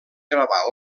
gravar